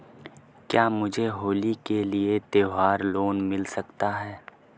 क्या मुझे होली के लिए त्यौहार लोंन मिल सकता है?